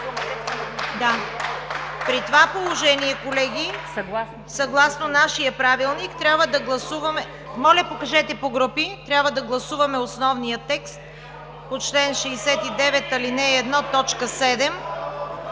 При това положение, колеги, съгласно нашия Правилник, трябва да гласуваме основния текст по чл. 69, ал.